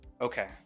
Okay